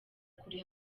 kure